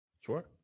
Sure